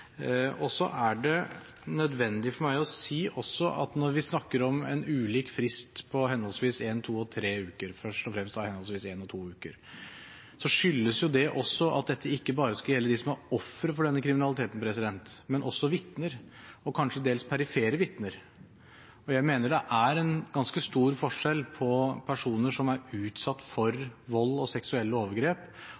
Så er det nødvendig for meg også å si at når vi snakker om ulike frister på først og fremst én, to og tre uker, skyldes det at dette ikke bare skal gjelde dem som er ofre for denne kriminaliteten, men også vitner, og kanskje dels perifere vitner. Jeg mener det er en ganske stor forskjell på personer som er utsatt for vold og seksuelle overgrep,